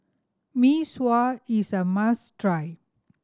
Mee Sua is a must try